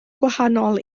gwahanol